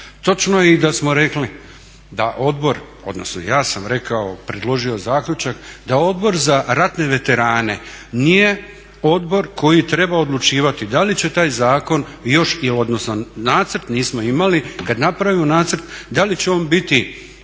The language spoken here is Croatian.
Točno je i da smo rekli da odbor odnosno ja sam rekao, predložio zaključak da Odbora za ratne veterane nije odbor koji treba odlučivati da li će taj zakon i još nacrt nismo imali, kad napravimo nacrt da li će on biti